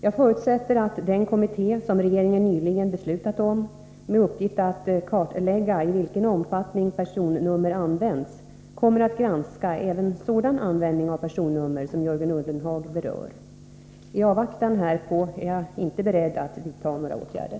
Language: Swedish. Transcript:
Jag förutsätter att den kommitté som regeringen nyligen beslutat om, med uppgift att kartlägga i vilken omfattning personnummer används, kommer att granska även sådan användning av personnummer som Jörgen Ullenhag berör. I avvaktan härpå är jag inte beredd att vidtaga några åtgärder.